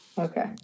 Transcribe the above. okay